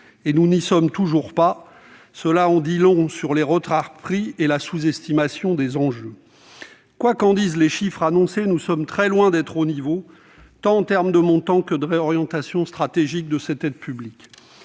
Or nous n'y sommes toujours pas. Cela en dit long sur les retards pris et sur la sous-estimation des enjeux ! Quoi qu'en disent les chiffres annoncés, nous sommes très loin d'être au niveau, en termes tant de montants que de réorientation stratégique de cette aide publique.